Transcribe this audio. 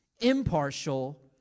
impartial